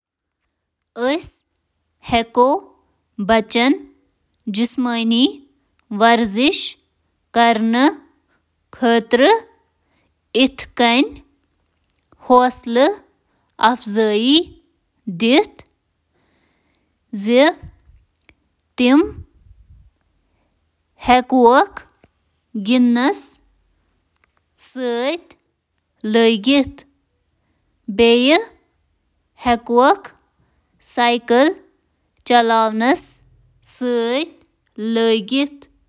شُرٮ۪ن جسمٲنی طور زِیٛادٕ سرگرم روزنہٕ خٲطرٕ حوصلہٕ اَفزٲیی کرنٕکہِ کینٛہہ طٔریٖقہٕ چھِ اکھ رول ماڈل بَنِو: اکھ شیڈول کٔرِو مُقرر: جسمٲنی سرگرمی بنٲوِو پنٛنِس شُرۍ سٕنٛزِ دۄہ دِشِچہِ زِنٛدگی ہُنٛد باقٲعدٕ حِصہٕ۔ لۄکُٹ کٔرِو شروع: پریتھ دوہ کٔرِو 10 منٹن ہٕنٛز سرگرمی سۭتۍ شروع تہٕ وارٕ وارٕ بڑیو۔ فعال تماشہٕ فراہم کٔرِو: تہٕ باقی۔